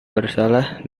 bersalah